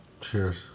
Cheers